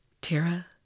Tara